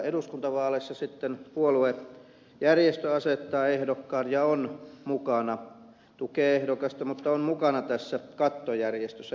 eduskuntavaaleissa puoluejärjestö sitten asettaa ehdokkaan tukee ehdokasta mutta on mukana tässä kattojärjestössä jäsenjärjestönä